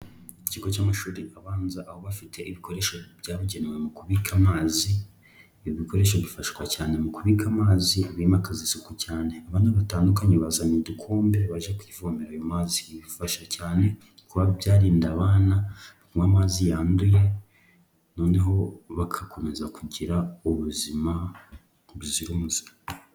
Ikigo cy'amashuri abanza aho bafite ibikoresho byabugenewe mu kubika amazi, ibi bikoresho bifashwa cyane mu kubiga amazi bimakaza isuku cyane, abandi batandukanye bazanye udukombe baje kwivomerara ayo mazi. Ibi bifasha cyane kuba byarinda abana kunywa amazi yanduye noneho bagakomeza kugira ubuzima buzira umuze.